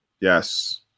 Yes